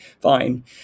fine